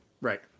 Right